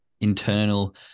internal